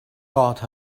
got